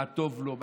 מה טוב לו,